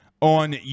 on